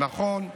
הנכון,